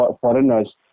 foreigners